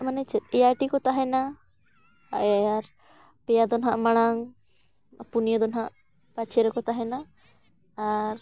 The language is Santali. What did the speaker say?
ᱢᱟᱱᱮ ᱪᱮᱫ ᱮᱭᱟᱭ ᱴᱤ ᱠᱚ ᱛᱟᱦᱮᱱᱟ ᱟᱨ ᱯᱮᱭᱟ ᱫᱚ ᱱᱟᱦᱟᱜ ᱢᱟᱲᱟᱝ ᱯᱩᱱᱭᱟᱹ ᱫᱚ ᱱᱟᱦᱟᱜ ᱯᱟᱪᱷᱮ ᱨᱮᱠᱚ ᱛᱟᱦᱮᱱᱟ ᱟᱨ